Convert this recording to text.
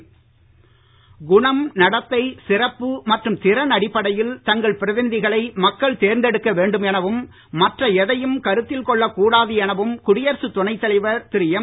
வெங்கையாநாயுடு குணம் நடத்தை சிறப்புமற்றும்திறன்அடிப்படையில்தங்கள்பிரதிநிதிகளைமக்கள்தேர்ந்தெ டுக்கவேண்டும்எனவும் மற்றஎதையும்கருத்தில்கொள்ளக்கூடாதுஎனவும்குடியரசுத்துணைத்தலை வர்திருஎம்